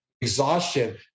exhaustion